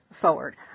forward